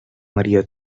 maria